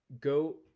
Go